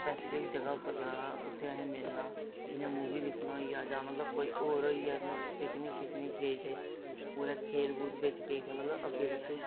specific जगह् उप्पर जाना उत्थै असें मिलना जि'यां मूवी दिक्खना होई गेआ जां मतलब कोई होर होई गेआ पिकनिक शिकनिक गे ते कुतै खेत खूत बिच गे ते मतलब अग्गें पिच्छें